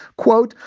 quote,